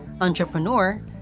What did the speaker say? entrepreneur